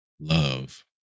Love